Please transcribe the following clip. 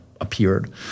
appeared